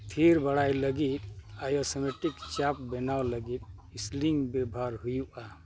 ᱛᱷᱤᱨ ᱵᱟᱲᱟᱭ ᱞᱟᱹᱜᱤᱫ ᱟᱭᱳ ᱥᱮᱢᱮᱴᱤᱠ ᱪᱟᱯ ᱵᱮᱱᱟᱣ ᱞᱟᱹᱜᱤᱫ ᱮᱥᱞᱤᱱ ᱵᱮᱵᱚᱦᱟᱨ ᱦᱩᱭᱩᱜᱼᱟ